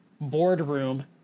boardroom